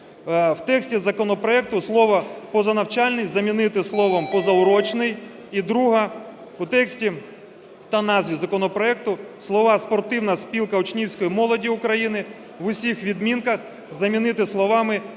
В тексті законопроекту слово "позанавчальний" замінити словом "позаурочний". І друге. В тексті та назві законопроекту слова "Спортивна спілка учнівської молоді України" в усіх відмінках замінити словами "Українська